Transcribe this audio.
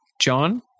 John